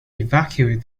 evacuate